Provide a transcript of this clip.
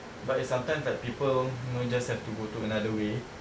but if sometimes like people know just have to go to another way